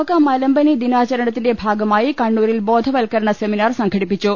ലോക മലമ്പനി ദിനാചരണത്തിന്റെ ഭാഗമായി കണ്ണൂരിൽ ബോധ വൽക്കരണ് സെമിനാർ സംഘടിപ്പിച്ചു